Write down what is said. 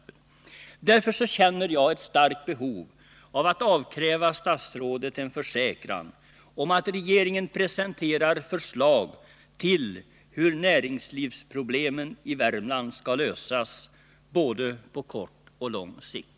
Därför känner jag ett starkt behov av att avkräva statsrådet en försäkran om att regeringen presenterar förslag till hur näringslivsproblemen i Värmland skall lösas, både på kort och på lång sikt.